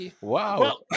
wow